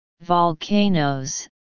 volcanoes